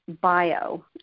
bio